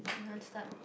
you don't start